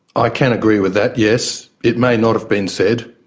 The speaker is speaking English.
i can agree with that, yes. it may not have been said.